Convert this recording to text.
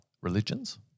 religions